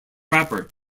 rapper